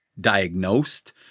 diagnosed